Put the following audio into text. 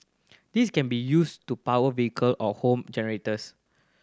this can then be used to power vehicle or home generators